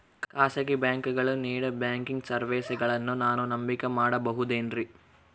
ಖಾಸಗಿ ಬ್ಯಾಂಕುಗಳು ನೇಡೋ ಬ್ಯಾಂಕಿಗ್ ಸರ್ವೇಸಗಳನ್ನು ನಾನು ನಂಬಿಕೆ ಮಾಡಬಹುದೇನ್ರಿ?